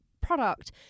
product